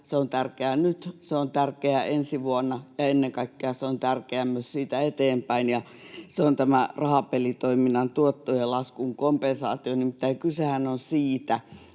se on tärkeä ensi vuonna, ja ennen kaikkea se on tärkeä myös siitä eteenpäin, ja se on tämä rahapelitoiminnan tuottojen laskun kompensaatio.